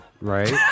right